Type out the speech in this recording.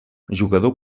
jugador